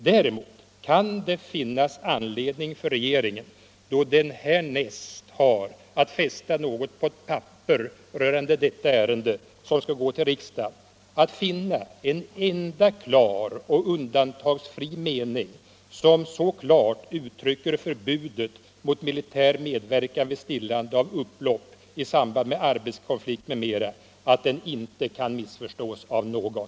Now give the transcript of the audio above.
Däremot kan det vara anledning för regeringen — då den härnäst har att fästa något på papper rörande detta ärende, som skall gå till riksdagen — att söka finna en enda klar och undantagsfri mening, som så tydligt uttrycker förbudet mot militär medverkan vid stillande av upplopp i samband med arbetskonflikt m.m. att den inte kan missförstås av någon.